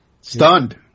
Stunned